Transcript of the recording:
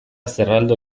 zerraldo